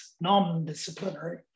non-disciplinary